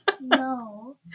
no